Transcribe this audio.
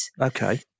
Okay